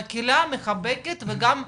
מקלה, מחבקת וגם מכילה,